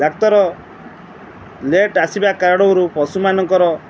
ଡାକ୍ତର late ଆସିବା କାରଣରୁ ପଶୁମାନଙ୍କର